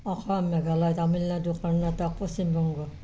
Assam Meghalaya Tamil Nadu Karnataka Paschim Banga